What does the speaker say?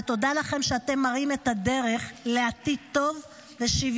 ותודה לכם שאתם מראים את הדרך לעתיד טוב ושוויוני.